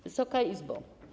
Wysoka Izbo!